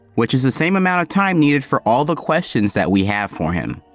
which is the same amount of time needed for all the questions that we have for him.